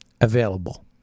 Available